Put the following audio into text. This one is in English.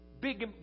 Big